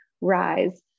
rise